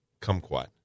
kumquat